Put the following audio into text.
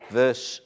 verse